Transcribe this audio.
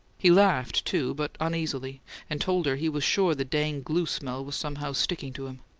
he laughed, too, but uneasily and told her he was sure the dang glue smell was somehow sticking to him.